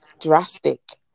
drastic